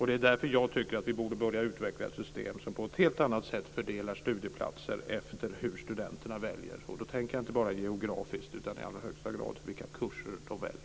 Det är därför jag tycker att vi borde börja utveckla ett system som på ett helt annat sätt fördelar studieplatser efter hur studenterna väljer. Då tänker jag inte bara geografiskt utan i allra högsta grad vilka kurser de väljer.